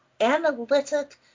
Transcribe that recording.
Analytic